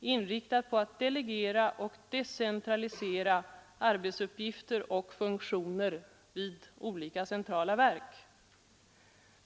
inriktad på att delegera och decentralisera arbetsuppgifter och funktioner vid olika centrala verk.